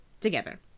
together